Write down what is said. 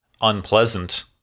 unpleasant